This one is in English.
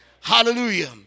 Hallelujah